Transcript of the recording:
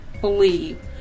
believe